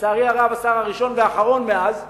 לצערי הרב, השר הראשון והאחרון מאז בתוניס,